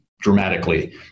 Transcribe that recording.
dramatically